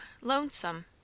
lonesome